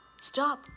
Stop